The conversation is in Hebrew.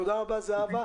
תודה רבה לך.